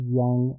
young